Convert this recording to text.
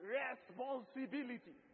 responsibility